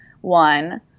one